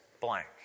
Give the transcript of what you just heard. blank